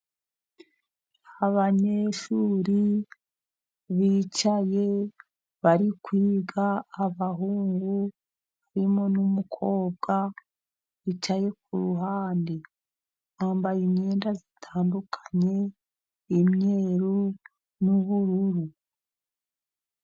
Abanyeshuri bicaye bari kwiga abahungu harimo n'umukobwa wicaye ku ruhande. Bambaye imyenda itandukanye y'imyeru n'ubururu.